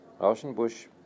Rauschenbusch